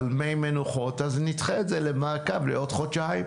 על מי מנוחות, אז נדחה את זה למעקב לעוד חודשיים.